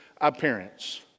appearance